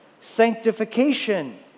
Sanctification